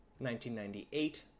1998